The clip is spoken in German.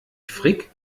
frick